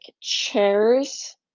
chairs